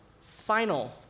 final